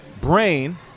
brain –